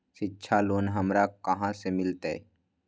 शिक्षा लोन हमरा कहाँ से मिलतै?